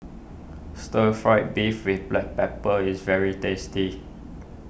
Stir Fry Beef with Black Pepper is very tasty